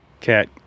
cat